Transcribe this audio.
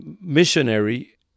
missionary